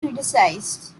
criticized